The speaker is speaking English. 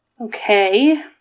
Okay